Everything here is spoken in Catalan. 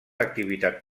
activitat